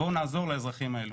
בואו נעזור לאזרחים האלו.